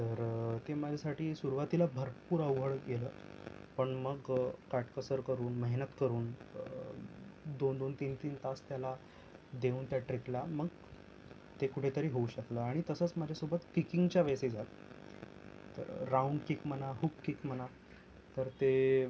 तर ते माझ्यासाठी सुरवातीला भरपूर अवघड गेलं पण मग काटकसर करून मेहनत करून दोन दोन तीन तीन तास त्याला देऊन त्या ट्रिकला मग ते कुठेतरी होऊ शकलं आणि तसंच माझ्यासोबत किकींगच्या वेळेसही झालं तर राऊंड किक म्हणा हुक किक म्हणा तर ते